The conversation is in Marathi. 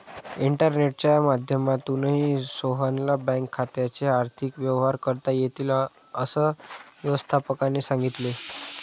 इंटरनेटच्या माध्यमातूनही सोहनला बँक खात्याचे आर्थिक व्यवहार करता येतील, असं व्यवस्थापकाने सांगितले